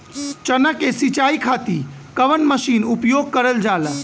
चना के सिंचाई खाती कवन मसीन उपयोग करल जाला?